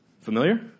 Familiar